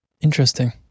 Interesting